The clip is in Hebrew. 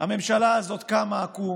הממשלה הזאת קמה עקום,